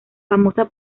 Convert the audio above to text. famosa